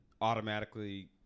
automatically